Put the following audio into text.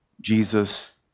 Jesus